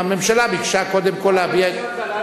הממשלה ביקשה קודם כול להביע, למה הסכמת?